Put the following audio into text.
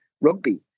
Rugby